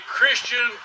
Christian